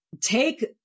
Take